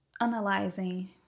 analyzing